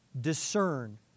discern